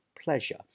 pleasure